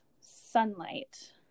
sunlight